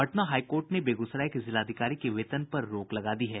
Patna high court ने बेगूसराय के जिलाधिकारी के वेतन पर रोक लगा दी है